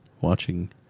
watching